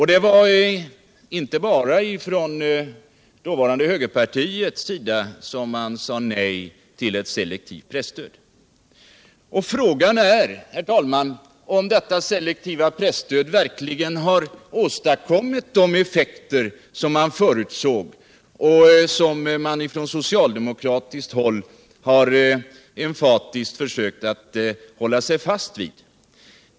Det var inte bara från det dåvarande högerpartiets sida som man sade nej till ett selektivt presstöd. Frågan är, herr talman, om detta selektiva presstöd verkligen har åstadkommit de effekter som man förutsåg och som man från socialdemokratiskt håll har emfatiskt försökt hålla sig fast vid.